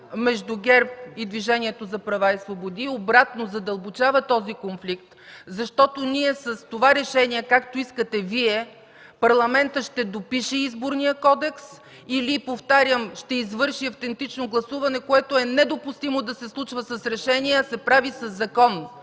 между ГЕРБ и Движението за права и свободи. Обратно, задълбочава този конфликт. Защото с това решение, както искате Вие, Парламентът ще допише Изборния кодекс или, повтарям, ще извърши автентично гласуване, което е недопустимо да се случва с решение, а се прави със закон!